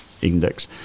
index